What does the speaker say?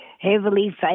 Heavily